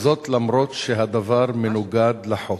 למרות שהדבר מנוגד לחוק.